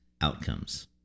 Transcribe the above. outcomes